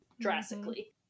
Drastically